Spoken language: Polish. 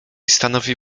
stanowi